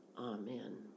Amen